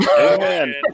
Amen